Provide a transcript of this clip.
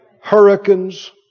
Hurricanes